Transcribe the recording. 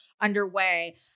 underway